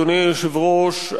אדוני היושב-ראש,